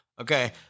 Okay